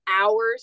hours